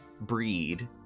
breed